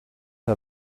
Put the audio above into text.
her